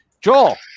Joel